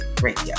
radio